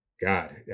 God